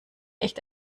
echt